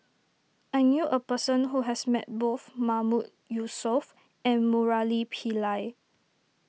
I knew a person who has met both Mahmood Yusof and Murali Pillai